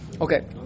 okay